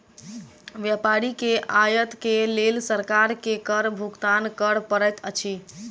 व्यापारी के आयत के लेल सरकार के कर भुगतान कर पड़ैत अछि